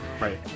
Right